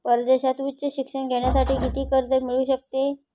परदेशात उच्च शिक्षण घेण्यासाठी किती कर्ज मिळू शकते?